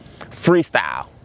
freestyle